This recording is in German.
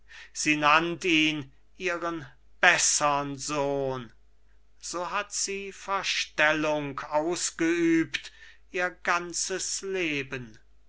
sie nannt ihn ihren bessern sohn so hat sie verstellung ausgeübt ihr ganzes leben